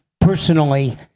personally